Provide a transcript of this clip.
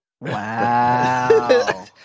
Wow